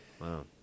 Wow